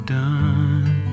done